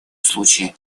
случае